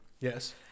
Yes